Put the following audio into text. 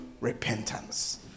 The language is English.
repentance